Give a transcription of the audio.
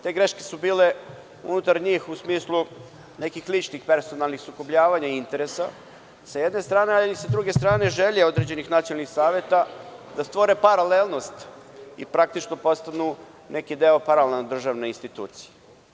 Te greške su bile unutar njih u smislu nekih ličnih, personalnih sukobljavanja interesa s jedne strane, a s druge strane želje određenih nacionalnih saveta da stvore paralelnost i postanu neki deo paralelne državne institucije.